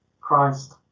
Christ